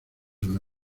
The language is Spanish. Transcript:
una